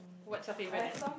what's your favorite then